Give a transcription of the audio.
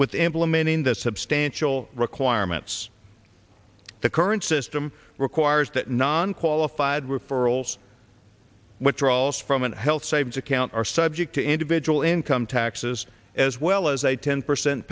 with implementing the substantial requirements the current system requires that non qualified referrals withdrawals from an health savings account are subject to individual income taxes as well as a ten percent